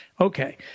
okay